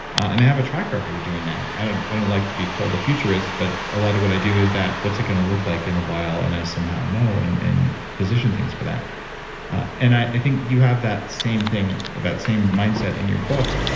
and have a track record of doing that. i don't i don't like to be called a futurist, but a lot of what i do is that, what's it going to look like in a while? and i somehow know and position things for that and i think you have that same thing, that same mindset in your book.